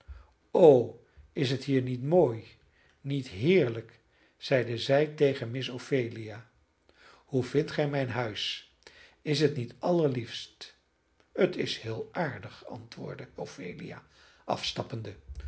o is het hier niet mooi niet heerlijk zeide zij tegen miss ophelia hoe vindt gij mijn huis is het niet allerliefst het is heel aardig antwoordde ophelia afstappende